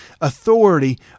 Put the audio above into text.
authority